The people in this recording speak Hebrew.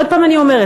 עוד פעם אני אומרת,